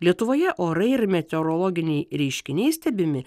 lietuvoje orai ir meteorologiniai reiškiniai stebimi